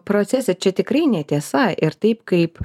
procese čia tikrai netiesa ir taip kaip